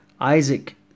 Isaac